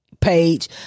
page